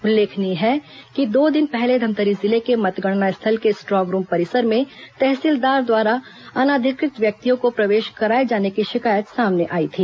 उल्लेखनीय है कि दो दिन पहले धमतरी जिले में मतगणना स्थल के स्ट्रांग रूम परिसर में तहसीलदार द्वारा अनाधिकृत व्यक्तियों को प्रवेश कराये जाने की शिकायत सामने आई थी